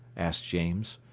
asked james.